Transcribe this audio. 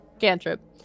Cantrip